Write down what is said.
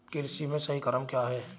कृषि में सही क्रम क्या है?